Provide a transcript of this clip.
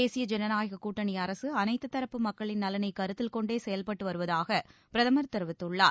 தேசிய ஜனநாயகக் கூட்டணி அரக அனைத்து தரப்பு மக்களின் நலனை கருத்தில் கொண்டே செயல்பட்டு வருவதாக பிரதமர் தெரிவித்துள்ளார்